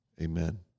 Amen